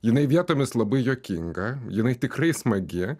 jinai vietomis labai juokinga jinai tikrai smagi